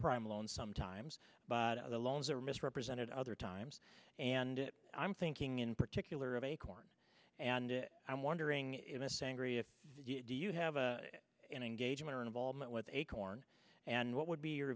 subprime loans sometimes but other loans are misrepresented other times and i'm thinking in particular of acorn and i'm wondering if this angry if you do you have a an engagement or involvement with acorn and what would be your